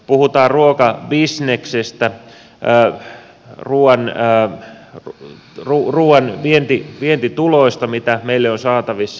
puhutaan ruokabisneksestä ruuan vientituloista mitä meille on saatavissa